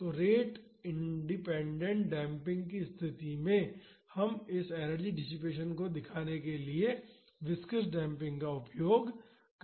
तो rate independent damping की स्तिथि में हम इस एनर्जी डिसिपेसन को दिखाने के लिए विस्कॉस डेम्पिंग का उपयोग कर सकते हैं